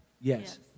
Yes